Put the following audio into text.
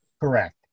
correct